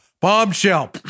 bombshell